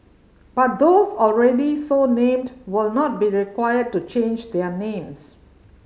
but those already so named will not be required to change their names